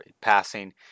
passing